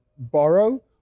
borrow